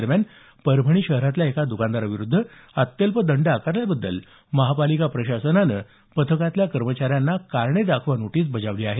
दरम्यान परभणी शहरातल्या एका दुकानदाराविरुध्द अत्यल्प दंड आकारल्याबद्दल महापालिका प्रशासनानं पथकातील कर्मचाऱ्यांना कारणे दाखवा नोटीस बजावली आहे